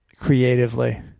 creatively